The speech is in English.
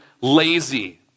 lazy